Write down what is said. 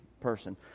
person